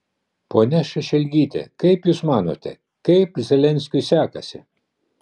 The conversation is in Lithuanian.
ponia šešelgyte kaip jūs manote kaip zelenskiui sekasi